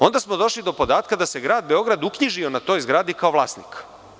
Onda smo došli do podatka da se Grad Beograd uknjižio na toj zgradi kao vlasnik.